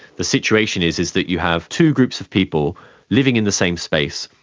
the situation is is that you have two groups of people living in the same space,